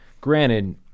Granted